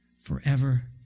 forever